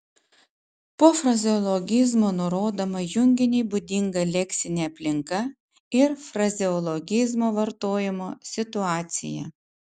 po frazeologizmo nurodoma junginiui būdinga leksinė aplinka ir frazeologizmo vartojimo situacija